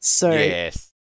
Yes